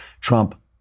Trump